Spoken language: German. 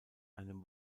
einem